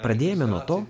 pradėjome nuo to